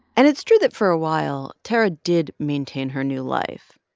and it's true that for a while, tarra did maintain her new life.